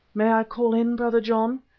may i call in brother john?